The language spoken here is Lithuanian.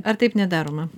ar taip nedaroma